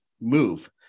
move